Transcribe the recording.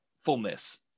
fullness